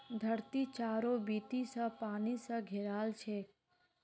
धरती चारों बीती स पानी स घेराल छेक